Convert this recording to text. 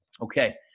Okay